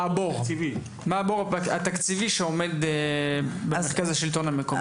מה הבור התקציבי שעומד במרכז השלטון המקומי,